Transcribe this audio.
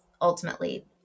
ultimately